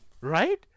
Right